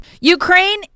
Ukraine